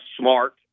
smart